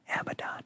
Abaddon